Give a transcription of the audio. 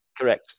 Correct